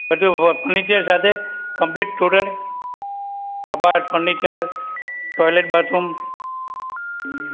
બધું ફર્નિચર સાથે complete total કબાટ ફર્નિચર ટોઇલેટ બાથરૂમ હમ